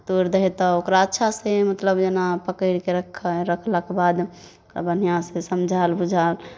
तोड़ि दै हइ तऽ ओकरा अच्छासँ मतलब जेना पकड़ि कऽ रखै हइ रखलाके बाद ओकरा बढ़िआँसँ समझायल बुझायल